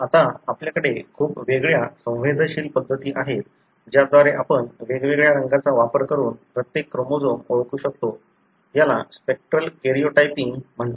आता आपल्याकडे खूप वेगळ्या संवेदनशील पद्धती आहेत ज्याद्वारे आपण वेगवेगळ्या रंगांचा वापर करून प्रत्येक क्रोमोझोम ओळखू शकतो याला स्पेक्ट्रल कॅरियोटाइपिंग म्हणतात